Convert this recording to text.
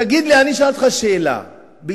תגיד לי, אני שואל אותך שאלה ביושר,